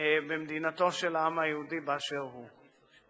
במדינתו של העם היהודי באשר הוא.